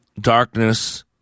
darkness